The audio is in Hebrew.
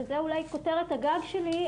וזה אולי כותרת הגג שלי,